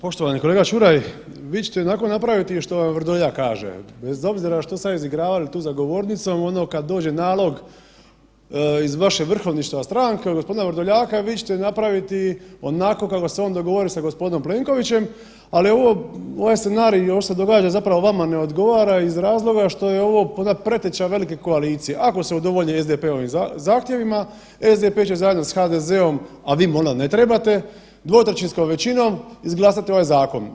Poštovani kolega Čuraj, vi ćete ionako napraviti što vam Vrdoljak kaže, bez obzira što sad izigravali tu za govornicom ono kad dođe nalog iz vašeg vrhovništva stranke od gospodina Vrdoljaka vi ćete napraviti onako kako se on dogovori sa gospodinom Plenkovićem, ali ovo, ovaj scenarij i ovo što se događa zapravo vama ne odgovara iz razloga što je ovo …/nerazumljivo/… preteča velike koalicije, ako se udovolji SDP-ovim zahtjevima, SDP će zajedno sa HDZ-om, a vi im onda ne trebate 2/3 većinom izglasati ovaj zakon.